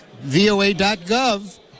voa.gov